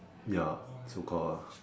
ya so call lah